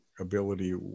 ability